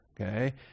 okay